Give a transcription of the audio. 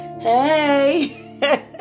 Hey